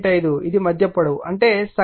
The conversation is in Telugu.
5 ఇది మధ్య పొడవు అంటే సగటు ఎత్తు 8